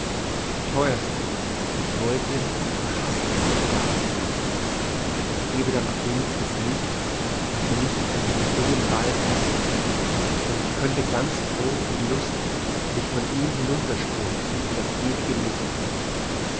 theuerste ich wollte daß ich verhaßteste sagen könnte es gäbe dann doch wenigstens nichts was mich an diesen dummen ball fesselte und ich könnte ganz froh und lustig mich von ihm hinunterstürzen in das ewige nichts